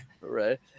right